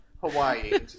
Hawaii